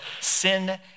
Sin